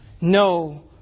no